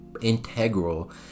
integral